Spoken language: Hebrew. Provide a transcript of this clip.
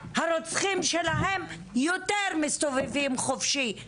הרוצחים שלהם יותר מסתובבים חופשי,